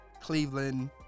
Cleveland